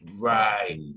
Right